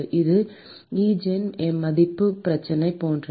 இது ஈஜென் மதிப்பு பிரச்சனை போன்றது